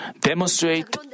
demonstrate